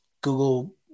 Google